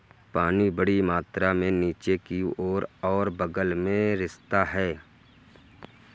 पानी बड़ी मात्रा में नीचे की ओर और बग़ल में रिसता है